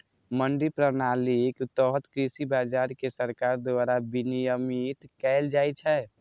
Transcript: मंडी प्रणालीक तहत कृषि बाजार कें सरकार द्वारा विनियमित कैल जाइ छै